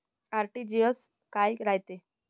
RTGS काय रायते?